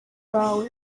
bawe